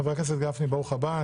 חבר הכנסת גפני, ברוך הבא.